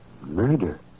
Murder